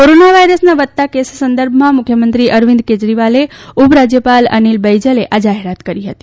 corona વાયરસના વધતા case સંદર્ભમાં મુખ્યમંત્રી અરવિંદ કેજરીવાલે ઉપરાજયપાલ અનિલ બૈજલે આ જાહેરાત કરી હતી